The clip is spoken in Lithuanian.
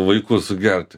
vaikus gerti